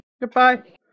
Goodbye